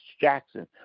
Jackson